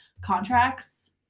contracts